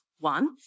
one